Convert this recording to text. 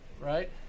right